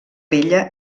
vella